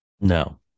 No